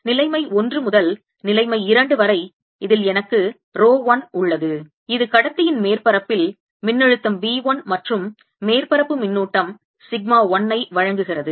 எனவே நிலைமை 1 முதல் நிலைமை 2 வரை இதில் எனக்கு ரோ 1 உள்ளது இது கடத்தியின் மேற்பரப்பில் மின்னழுத்தம் V 1 மற்றும் மேற்பரப்பு மின்னூட்டம் சிக்மா 1 ஐ வழங்குகிறது